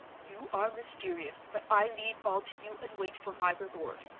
you are mysterious, but i leave all to you and wait for my reward.